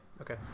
Okay